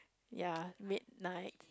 ya midnight